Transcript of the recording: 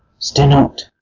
stir not.